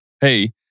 hey